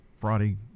Friday